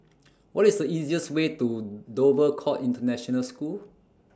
What IS The easiest Way to Dover Court International School